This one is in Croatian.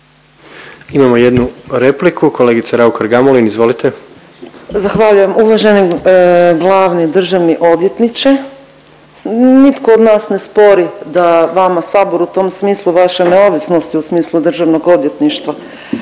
Imamo jednu repliku, kolegica Raukar Gamulin izvolite. **Raukar-Gamulin, Urša (Možemo!)** Zahvaljujem. Uvaženi glavni državni odvjetniče nitko od nas ne spori da vama sabor u tom vaše neovisnosti u smislu državnog odvjetništva